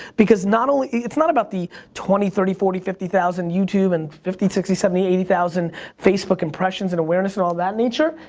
because not only, it's not about the twenty, thirty, forty, fifty thousand youtube and fifty, sixty, seventy, eighty thousand facebook imperssions and awareness and all that nature.